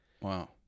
Wow